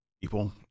people